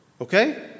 okay